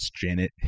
Janet